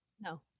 No